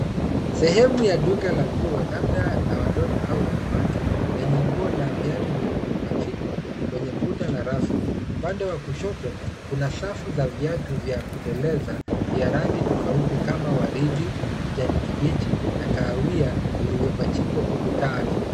Sehemu ya duka la nguo labda la watoto au wanawake lenye nguo na viatu vilivyopachikwa kwenye kuta na rafu. Upande wa kushoto kuna safu za viatu vya kuteleza vya rangi tofauti kama waridi, kijani kibichi na kahawia vilivyopachikwa ukutani.